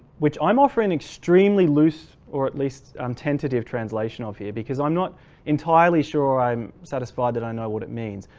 which i'm offering an extremely loose or at least um tentative translation of here, because i'm not entirely sure i'm satisfied that i know what it means.